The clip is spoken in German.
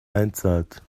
einzahlt